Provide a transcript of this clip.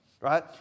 right